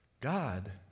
God